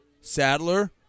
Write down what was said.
Sadler